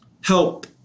help